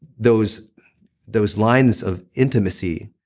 those those lines of intimacy,